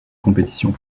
compétition